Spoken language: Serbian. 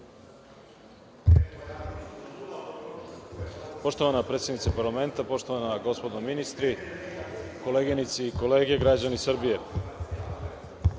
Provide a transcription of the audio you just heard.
Poštovana predsednice parlamenta, poštovana gospodo ministri, koleginice i kolege, građani Srbije,